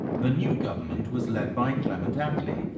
the new government was led by clement attlee,